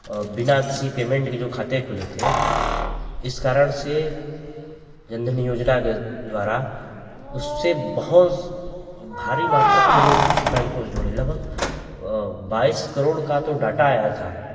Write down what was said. बिना किसी पेमेंट के जो खाते खुले थे इस कारण से जनधन योजना के द्वारा उससे बहुत भारी मात्रा में लोग बैंक को जुड़े लगभग बाईस करोड़ का तो डाटा आया था